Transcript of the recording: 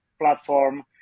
platform